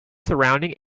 surrounding